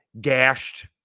gashed